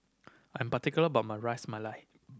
I'm particular about my Ras Malai